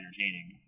entertaining